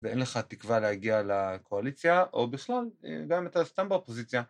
ואין לך תקווה להגיע לקואליציה או בכלל גם אם אתה סתם באופוזיציה